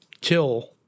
kill